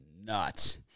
nuts